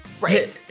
Right